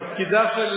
תפקידה של